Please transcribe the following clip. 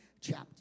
chapter